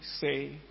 say